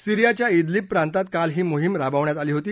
सीरियाच्या डिलीब प्रांतात काल ही मोहीम राबवण्यात आली होती